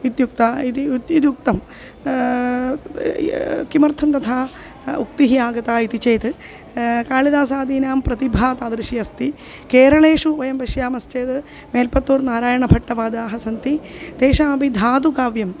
इत्युक्ते इति इद् उद्युक्तं किमर्थं तथा उक्तिः आगता इति चेत् कालिदासादीनां प्रतिभा तादृशी अस्ति केरळेषु वयं पश्यामश्चेद् मेल्पत्तूर् नारायणभट्टपादाः सन्ति तेषामपि धातुकाव्यम्